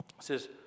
says